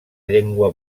llengua